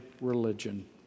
religion